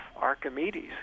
Archimedes